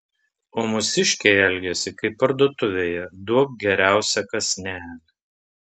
o mūsiškiai elgiasi kaip parduotuvėje duok geriausią kąsnelį